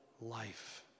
life